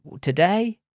today